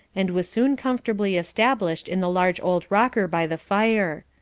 and was soon comfortably established in the large old rocker by the fire.